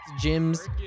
gyms